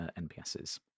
NPSs